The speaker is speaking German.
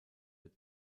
wird